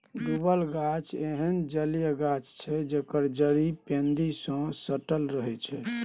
डुबल गाछ एहन जलीय गाछ छै जकर जड़ि पैंदी सँ सटल रहै छै